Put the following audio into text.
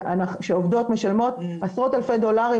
שעובדות משלמות עשרות אלפי שקלים,